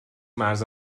مرز